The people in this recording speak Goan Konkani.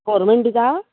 गवरमॅट दिता